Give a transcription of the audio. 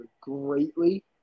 greatly